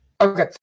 okay